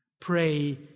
pray